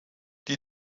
die